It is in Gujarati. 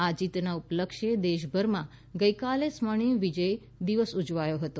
આ જીતના ઉપલક્ષે દેશભરમાં ગઈકાલે સ્વર્ણિમ વિજય વર્ષ ઉજવાયો હતો